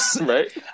right